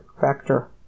factor